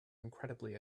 incredibly